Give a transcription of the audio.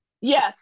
Yes